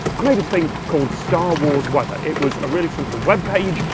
i made a thing called star wars weather. it was a really simple web page,